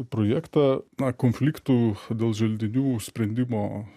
projektą na konfliktų dėl želdinių sprendimo